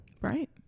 Right